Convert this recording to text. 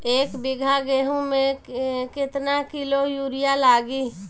एक बीगहा गेहूं में केतना किलो युरिया लागी?